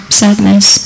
sadness